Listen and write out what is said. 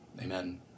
amen